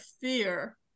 fear